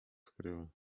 skryła